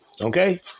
Okay